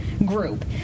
Group